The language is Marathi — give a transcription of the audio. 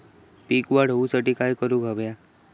पीक वाढ होऊसाठी काय करूक हव्या?